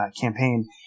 campaign